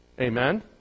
Amen